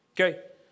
Okay